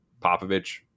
Popovich